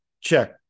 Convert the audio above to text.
check